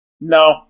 No